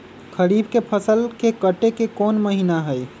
खरीफ के फसल के कटे के कोंन महिना हई?